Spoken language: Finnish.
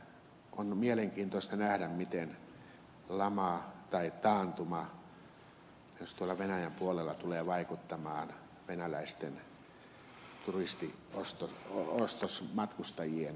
on mielenkiintoista nähdä miten lama tai taantuma tuolla venäjän puolella tulee vaikuttamaan venäläisten turistiostosmatkustajien käyttäytymiseen suomessa